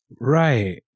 Right